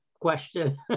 question